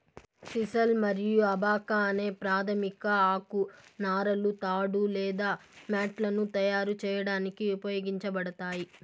sisal మరియు abaca అనే ప్రాధమిక ఆకు నారలు తాడు లేదా మ్యాట్లను తయారు చేయడానికి ఉపయోగించబడతాయి